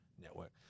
network